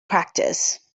practice